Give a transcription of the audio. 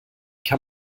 kann